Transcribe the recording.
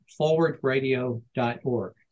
forwardradio.org